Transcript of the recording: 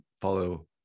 follow